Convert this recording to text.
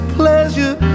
pleasure